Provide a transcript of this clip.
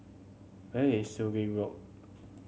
where is Sungei Road